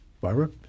Barbara